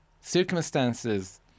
circumstances